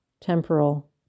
temporal